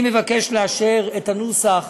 אני מבקש לאשר את הנוסח